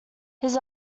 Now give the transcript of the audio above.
his